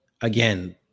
again